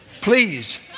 Please